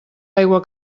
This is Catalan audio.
aigua